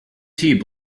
tnt